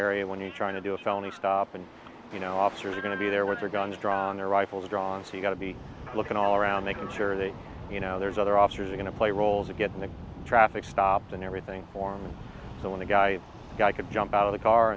area when you're trying to do a felony stop and you know officers are going to be there with their guns drawn their rifles drawn so you've got to be looking all around making sure that you know there's other officers going to play roles that get in the traffic stop and everything form so when the guy guy could jump out of the car